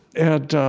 and